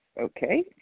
Okay